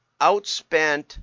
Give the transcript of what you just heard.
outspent